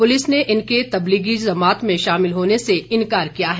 police ने इनके तबलीगी जमात में शामिल होने से इनकार किया है